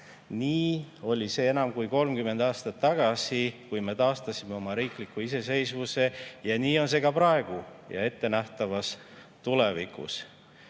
Nii oli see enam kui 30 aastat tagasi, kui me taastasime oma riikliku iseseisvuse, ja nii on see ka praegu ja ettenähtavas tulevikus.